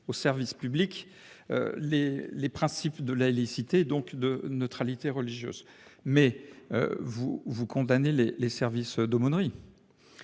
au service public les principes de laïcité et de neutralité religieuse. Mais vous condamnez les services d'aumônerie !